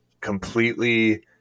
completely